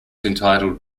entitled